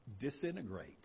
disintegrate